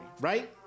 right